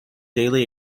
daily